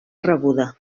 rebuda